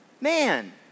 man